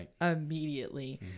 immediately